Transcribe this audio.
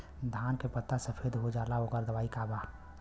धान के पत्ता सफेद हो जाला ओकर दवाई का बा?